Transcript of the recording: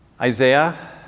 Isaiah